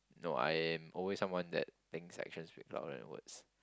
no I'm always someone that thinks action speak louder than words